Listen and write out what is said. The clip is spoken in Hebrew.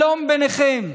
שלום ביניכם.